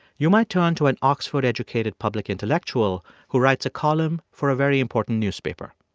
you might turn to an oxford-educated public intellectual who writes a column for a very important newspaper.